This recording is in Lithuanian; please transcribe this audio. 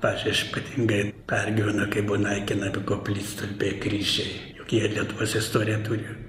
aš aš ypatingai pergyvenau kai buvo naikinami koplytstulpiai kryžiai juk jie lietuvos istorijoj turi